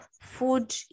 Food